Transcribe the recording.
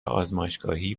آزمایشگاهی